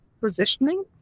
positioning